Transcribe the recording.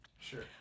Sure